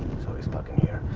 he's always fucking here.